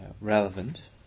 relevant